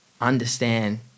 understand